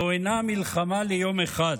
זו אינה מלחמה ליום אחד,